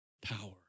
power